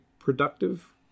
Productive